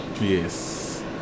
Yes